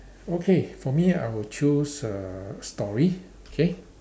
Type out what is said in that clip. okay for me I would choose uh story okay